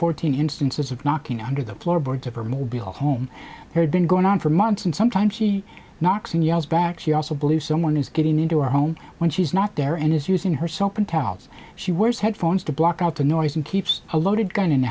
fourteen instances of knocking under the floorboards of her mobile home had been going on for months and sometimes she knocks and yells back she also believes someone is getting into our home when she's not there and is using her soap and towels she wears headphones to block out the noise and keeps a loaded gun in the